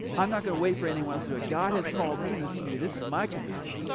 i'm not gonna wait for anyone else to do it, god has called me in this community, this is my community.